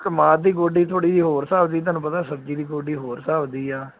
ਕਮਾਦ ਦੀ ਗੋਡੀ ਥੋੜ੍ਹੀ ਜਿਹੀ ਹੋਰ ਹਿਸਾਬ ਦੀ ਤੁਹਾਨੂੰ ਪਤਾ ਸਬਜ਼ੀ ਦੀ ਗੋਡੀ ਹੋਰ ਹਿਸਾਬ ਦੀ ਆ